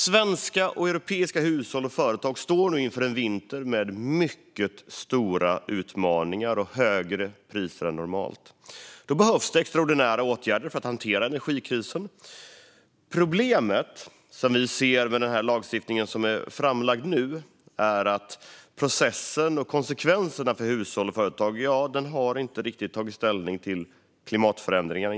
Svenska och europeiska hushåll och företag står nu inför en vinter med mycket stora utmaningar och högre energipriser än normalt. Det behövs extraordinära åtgärder för att hantera energikrisen. Problemet som vi ser med den lagstiftning som nu är framlagd är att man i processen och konsekvenserna för hushåll och företag inte riktigt tagit ställning till klimatförändringen.